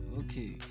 okay